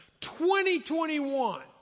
2021